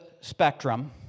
spectrum